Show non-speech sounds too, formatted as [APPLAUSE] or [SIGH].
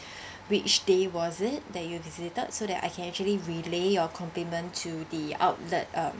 [BREATH] which day was it that you have visited so that I can actually relay your complement to the outlet um